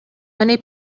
many